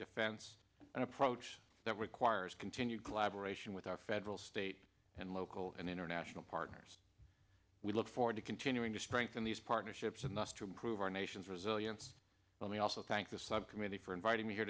defense and approach that requires continued glad gratian with our federal state and local and international partners we look forward to continuing to strengthen these partnerships in the us to improve our nation's resilience let me also thank the subcommittee for inviting me here